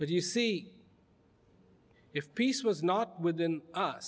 but you see if peace was not within